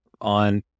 on